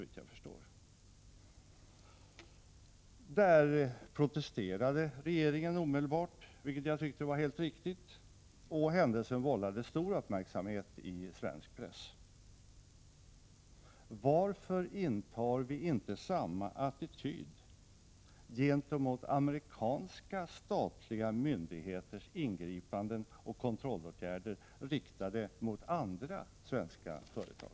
Regeringen protesterade omedelbart, vilket jag tyckte var helt riktigt. Händelsen vållade stor uppmärksamhet i svensk press. Varför intar vi inte samma attityd gentemot amerikanska statliga myndigheters ingripanden och kontrollåtgärder riktade mot andra svenska företag?